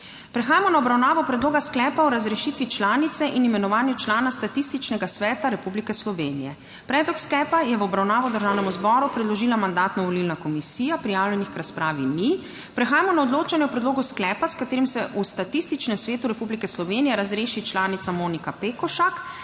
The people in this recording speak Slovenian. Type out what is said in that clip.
Prehajamo na obravnavo Predloga sklepa o razrešitvi članice in imenovanju člana Statističnega sveta Republike Slovenije. Predlog sklepa je v obravnavo Državnemu zboru predložila Mandatno-volilna komisija. Prijavljenih k razpravi ni. Prehajamo na odločanje o predlogu sklepa, s katerim se v Statističnem svetu Republike Slovenije razreši članica Monika Pekošak,